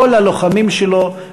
לכל הלוחמים שלו,